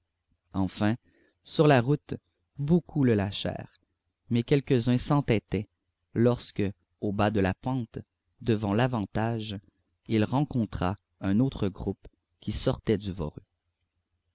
enfin sur la route beaucoup le lâchèrent mais quelques-uns s'entêtaient lorsque au bas de la pente devant l'avantage il rencontra un autre groupe qui sortait du